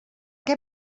què